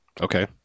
Okay